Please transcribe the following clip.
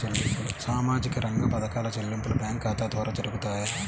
సామాజిక రంగ పథకాల చెల్లింపులు బ్యాంకు ఖాతా ద్వార జరుగుతాయా?